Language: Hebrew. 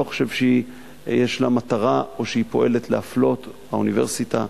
אני לא חושב שיש לה מטרה או שהיא פועלת להפלות באוניברסיטה